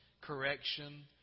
correction